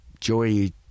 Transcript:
Joy